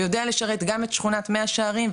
ויודע לשרת גם את שכונת מאה שערים,